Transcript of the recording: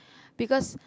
because